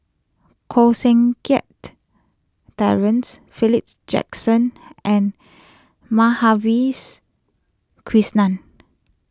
Koh Seng Kiat Terence Philip's Jackson and Madhavi's Krishnan